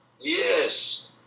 Yes